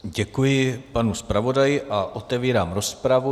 Děkuji panu zpravodaji a otevírám rozpravu.